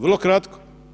Vrlo kratko.